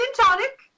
tonic